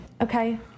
Okay